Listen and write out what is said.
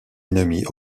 ennemie